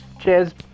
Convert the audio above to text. Cheers